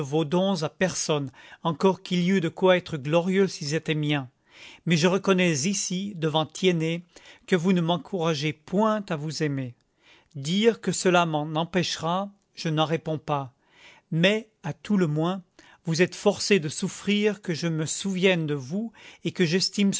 à personne encore qu'il y eût de quoi être glorieux s'ils étaient miens mais je reconnais ici devant tiennet que vous ne m'encouragez point à vous aimer dire que cela m'en empêchera je n'en réponds pas mais à tout le moins vous êtes forcée de souffrir que je me souvienne de vous et que j'estime